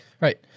Right